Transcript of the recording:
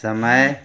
समय